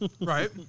Right